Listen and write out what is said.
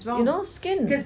you know skin